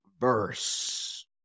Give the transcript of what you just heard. verse